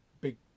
big